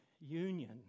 union